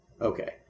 okay